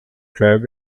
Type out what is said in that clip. club